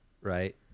right